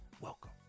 welcome